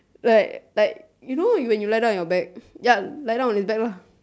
like like you know when you lie down your back yup lie down on your back lah